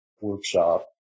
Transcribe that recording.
workshop